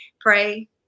Pray